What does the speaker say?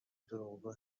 دروغگو